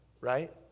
right